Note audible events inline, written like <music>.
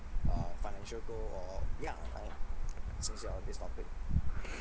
<breath>